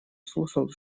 слушал